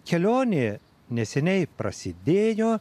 kelionė neseniai prasidėjo